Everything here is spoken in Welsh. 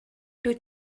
dwyt